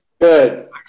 Good